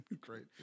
Great